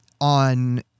on